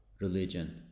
religion